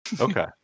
Okay